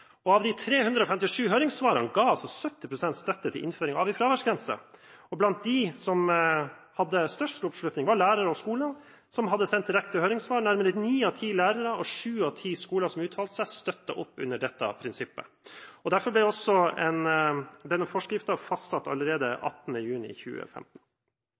2015. Av de 357 høringssvarene ga 70 pst. støtte til innføring av en fraværsgrense, og blant dem som ga størst oppslutning, var lærere og skoler som hadde sendt direkte høringssvar. Nærmere ni av ti lærere og sju av ti skoler som uttalte seg, støttet opp under dette prinsippet. Derfor ble også denne forskriften fastsatt allerede 18. juli 2015.